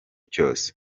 cyose